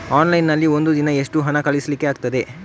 Online ನಲ್ಲಿ ಒಂದು ದಿನ ಎಷ್ಟು ಹಣ ಕಳಿಸ್ಲಿಕ್ಕೆ ಆಗ್ತದೆ?